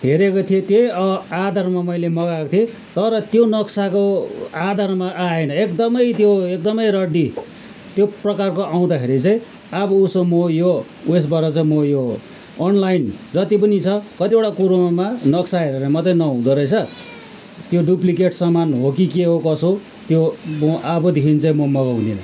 हेरेको थिएँ त्यही आधारमा मैले मगाएको थिएँ तर त्यो नक्साको आधारमा आएन एकदमै त्यो एकदमै रड्डी त्यो प्रकारको आउँदाखेरि चाहिँ अब उसो म यो उयसबाट चाहिँ म यो अनलाइन जति पनि छ कतिवटा कुरोमा नक्सा हेरेर मात्रै नहुँदो रहेछ त्यो डुप्लिकेट सामान हो कि के हो कसो त्यो म अबदेखि चाहिँ म मगाउँदिनँ